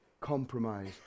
compromise